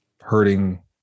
hurting